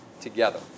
together